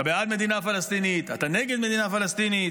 אתה בעד מדינה פלסטינית, אתה נגד מדינה פלסטינית?